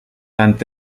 tant